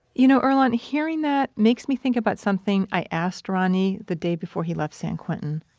you know earlonne? hearing that makes me think about something i asked ronnie the day before he left san quentin.